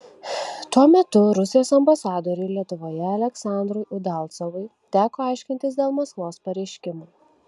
tuo metu rusijos ambasadoriui lietuvoje aleksandrui udalcovui teko aiškintis dėl maskvos pareiškimų